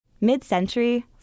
Mid-century